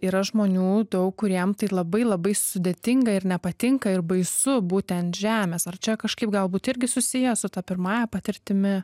yra žmonių daug kuriem tai labai labai sudėtinga ir nepatinka ir baisu būti ant žemės ar čia kažkaip galbūt irgi susiję su ta pirmąja patirtimi